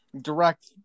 direct